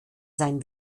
sein